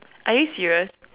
are you serious